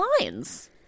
lines